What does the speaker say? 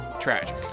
tragic